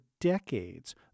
decades